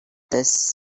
this